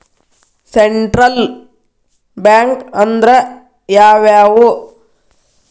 Central bank ಅಂದ್ರ ಯಾವ್ಯಾವು?